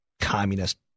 communist